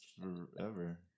forever